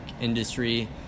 industry